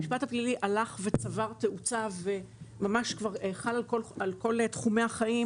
המשפט הפלילי הלך וצבר תאוצה וממש כבר חל על כל תחומי החיים,